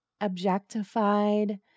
objectified